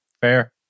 Fair